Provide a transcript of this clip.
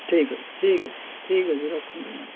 ଠିକ୍ ଅଛି ଠିକ୍ ଅଛି ଠିକ୍ ଅଛି ରଖନ୍ତୁ ମ୍ୟାଡ଼ମ